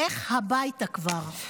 לך הביתה כבר.